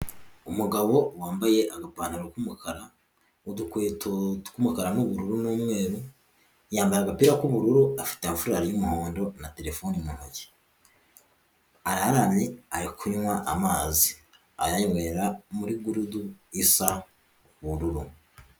Umugabo wambaye agapantaro k'umukara udukweto tw'umukara n'ubururu n'umweru yambaye agapira k'ubururu afite furari y'umuhondo na telefoni mu ntoki araye ayo kunywa amazi ,arayanywera muri gurudu isa ubururu.